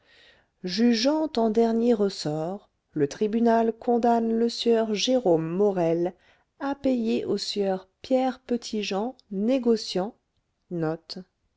jugeant en dernier ressort le tribunal condamne le sieur jérôme morel à payer au sieur pierre petit-jean négociant